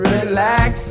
Relax